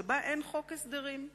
שבה אין חוק הסדרים,